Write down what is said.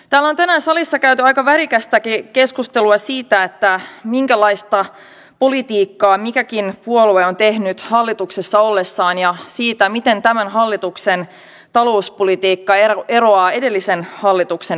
täällä salissa on tänään käyty aika värikästäkin keskustelua siitä minkälaista politiikkaa mikäkin puolue on tehnyt hallituksessa ollessaan ja siitä miten tämän hallituksen talouspolitiikka eroaa edellisen hallituksen vastaavasta